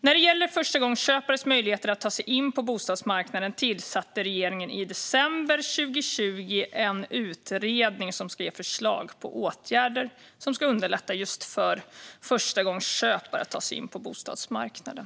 När det gäller förstagångsköpares möjligheter att ta sig in på bostadsmarknaden tillsatte regeringen i december 2020 en utredning som ska ge förslag på åtgärder som ska underlätta för förstagångsköpare att ta sig in på bostadsmarknaden.